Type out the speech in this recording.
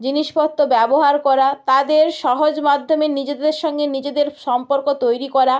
জিনিসপত্র ব্যবহার করা তাদের সহজ মাধ্যমে নিজেদের সঙ্গে নিজেদের সম্পর্ক তৈরি করা